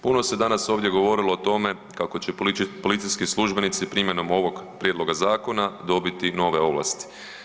Puno se danas ovdje govorilo o tome kako će policijski službenici primjenom ovoga prijedloga zakona dobiti nove ovlasti.